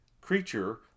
creature